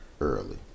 Early